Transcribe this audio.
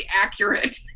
accurate